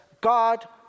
God